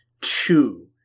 two